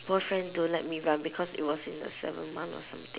boyfriend don't let me run because it was in the seventh month or something